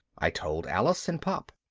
i told alice and pop.